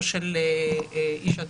או של איש הטיפול,